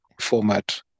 format